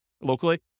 locally